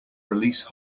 release